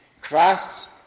Christ